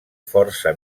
força